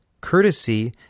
Courtesy